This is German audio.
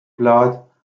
plath